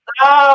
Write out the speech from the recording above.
no